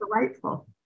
delightful